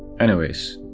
anyways,